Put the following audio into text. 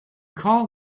called